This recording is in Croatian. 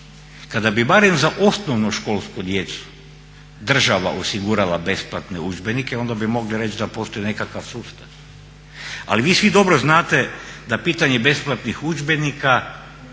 Kada bi barem za osnovnoškolsku djecu država osigurala besplatne udžbenike onda bi mogli reći da postoji nekakav sustav, ali vi svi dobro znate da pitanje besplatnih udžbenika